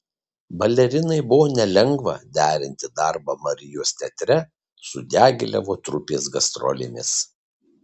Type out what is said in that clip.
balerinai buvo nelengva derinti darbą marijos teatre su diagilevo trupės gastrolėmis